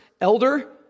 elder